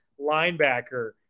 linebacker